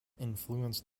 influenced